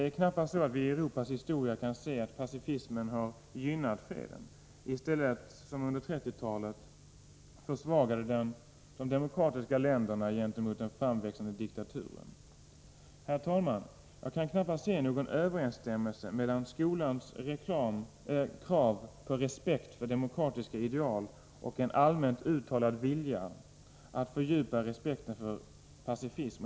I Europas historia kan vi knappast se att pacifismen har gynnat freden. I stället försvagade den t.ex. under 1930-talet de demokratiska länderna gentemot den framväxande diktaturen. Herr talman! Jag kan knappast se någon överensstämmelse mellan skolans krav på respekt för demokratiska ideal och en allmänt uttalad vilja att fördjupa respekten för pacifism.